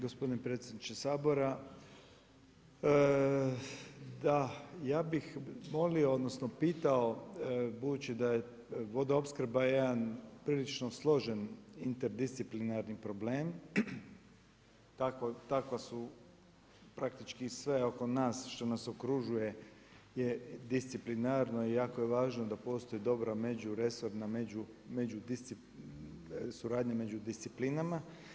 Gospodine predsjedniče Sabora, da ja bih molio odnosno pitao budući da je vodoopskrba jedan prilično složen interdisciplinarni problem, takva su praktički sve oko nas što nas okružuje je disciplinarno i jako je važno da postoji međuresorna, suradnja među disciplinama.